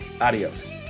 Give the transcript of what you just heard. Adios